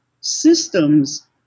systems